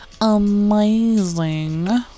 amazing